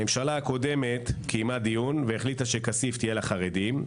הממשלה הקודמת קיימה דיון והחליטה שכסיף תהיה בחרדית.